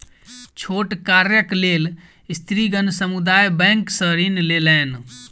छोट कार्यक लेल स्त्रीगण समुदाय बैंक सॅ ऋण लेलैन